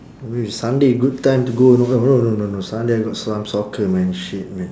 maybe sunday good time to go know no no no sunday I got some soccer man shit man